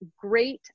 great